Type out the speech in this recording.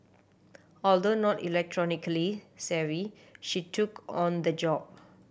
although not electronically savvy she took on the job